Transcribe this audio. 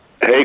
Hey